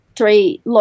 three